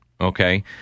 okay